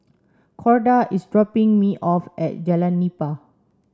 Corda is dropping me off at Jalan Nipah